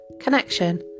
connection